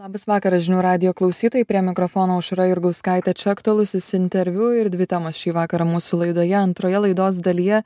labas vakaras žinių radijo klausytojai prie mikrofono aušra jurgauskaitė čia aktualusis interviu ir dvi temos šį vakarą mūsų laidoje antroje laidos dalyje